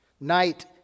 night